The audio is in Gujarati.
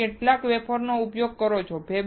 તમે કેટલા વેફરનો ઉપયોગ કરો છો